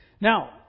Now